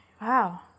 wow